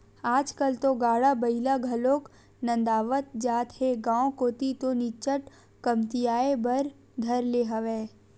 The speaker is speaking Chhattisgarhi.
आजकल तो गाड़ा बइला घलोक नंदावत जात हे गांव कोती तो निच्चट कमतियाये बर धर ले हवय